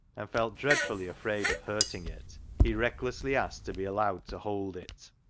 and felt dreadfully afraid of hurting it, he recklessly asked to be allowed to hold it,